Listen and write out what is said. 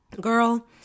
girl